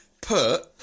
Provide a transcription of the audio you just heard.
put